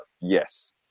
yes